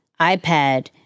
ipad